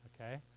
okay